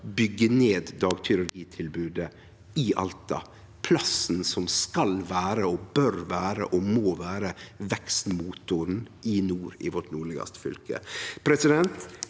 byggje ned dagkirurgitilbodet i Alta – plassen som skal vere, bør vere og må vere vekstmotoren i nord, i vårt nordlegaste fylke.